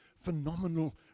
phenomenal